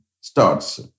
starts